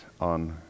on